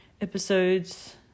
episodes